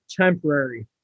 temporary